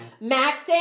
Max